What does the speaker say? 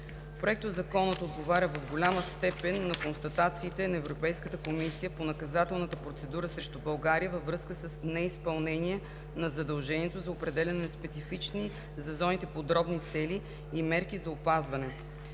Проектозаконът отговаря в голяма степен на констатациите на Европейската комисия по наказателната процедура срещу България във връзка с неизпълнение на задължението за определяне на специфични за зоните подробни цели и мерки за опазване.